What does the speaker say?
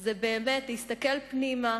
זה באמת להסתכל פנימה,